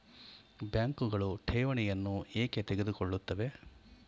ಬ್ಯಾಂಕುಗಳು ಠೇವಣಿಗಳನ್ನು ಏಕೆ ತೆಗೆದುಕೊಳ್ಳುತ್ತವೆ?